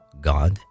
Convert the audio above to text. God